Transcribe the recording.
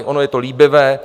Ono je to líbivé.